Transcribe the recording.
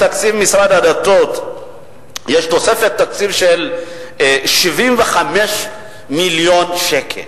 בתקציב משרד הדתות יש תוספת תקציב של 75 מיליון שקל.